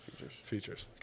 Features